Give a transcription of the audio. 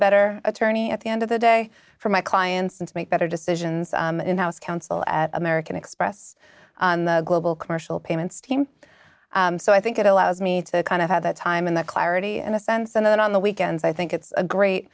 better attorney at the end of the day for my clients and to make better decisions in the house counsel at american express on the global commercial payments team so i think it allows me to kind of have that time and that clarity and a sense and then on the weekends i think it's great